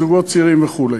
זוגות צעירים וכו'.